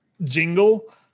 jingle